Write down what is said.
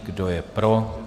Kdo je pro?